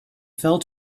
fell